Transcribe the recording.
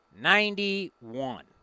Ninety-one